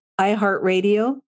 iHeartRadio